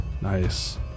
Nice